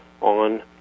on